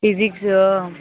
physics